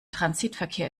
transitverkehr